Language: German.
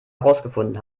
herausgefunden